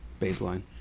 baseline